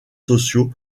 sociaux